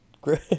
Great